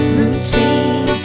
routine